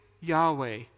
Yahweh